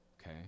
Okay